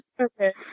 Okay